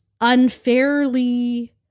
unfairly